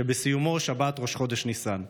שבסיומו שבת ראש חודש ניסן.